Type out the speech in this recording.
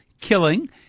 killing